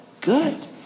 good